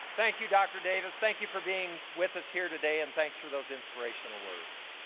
thank you, dr. davis. thank you for being with us here today and thanks for those inspirational words.